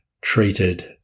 treated